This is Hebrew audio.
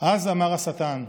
"אז אמר השטן: